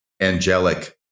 angelic